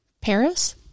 Paris